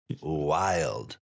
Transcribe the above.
wild